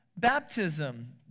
baptism